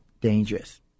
dangerous